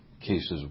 Cases